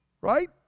Right